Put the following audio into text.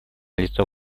лицо